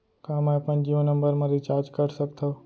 का मैं अपन जीयो नंबर म रिचार्ज कर सकथव?